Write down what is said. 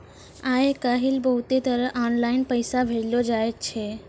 आय काइल बहुते तरह आनलाईन पैसा भेजलो जाय छै